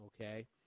okay